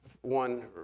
One